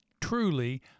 truly